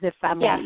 family